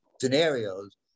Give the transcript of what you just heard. scenarios